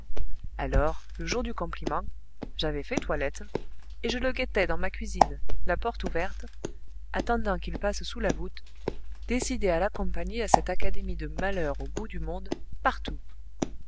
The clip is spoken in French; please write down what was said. alors le jour du compliment j'avais fait toilette et je le guettais dans ma cuisine la porte ouverte attendant qu'il passe sous la voûte décidée à l'accompagner à cette académie de malheur au bout du monde partout